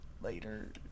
later